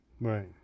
Right